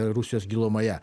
rusijos gilumoje